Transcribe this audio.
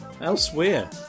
elsewhere